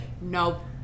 Nope